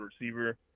receiver